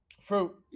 fruit